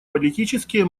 политические